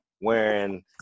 wearing